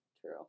True